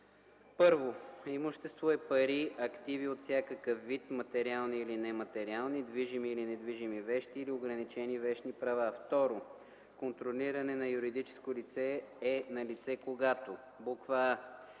1. „Имущество” е пари, активи от всякакъв вид – материални или нематериални, движими или недвижими вещи или ограничени вещни права. 2. „Контролиране на юридическо лице” е налице, когато: а)